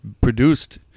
produced